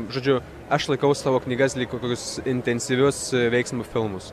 žodžiu aš laikau savo knygas lyg kokius intensyvius veiksmo filmus